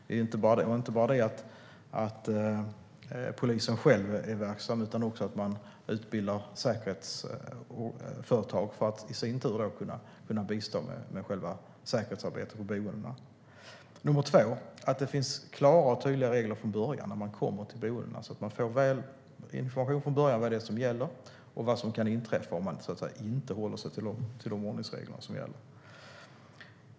Det är inte bara det att polisen själv är verksam utan också att man utbildar personer på säkerhetsföretag för att de ska kunna bistå med säkerhetsarbetet på boendena. För det andra ska det finnas klara och tydliga regler från början, när man kommer till boendena, så att man får information från början om vad som gäller och vad som kan inträffa om man inte håller sig till de ordningsregler som gäller.